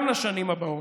גם לשנים הבאות.